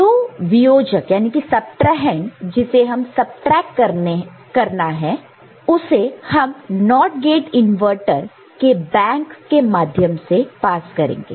जो वियोजक सबट्राहैंड जिसे हमें सबट्रैक्ट करना है उसे हम NOT गेट इनवर्टर के बैंक के माध्यम से पास करेगे